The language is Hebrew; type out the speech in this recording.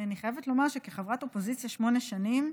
אני חייבת לומר שכחברת אופוזיציה שמונה שנים,